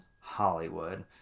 Hollywood